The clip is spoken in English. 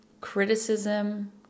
criticism